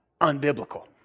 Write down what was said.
unbiblical